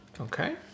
Okay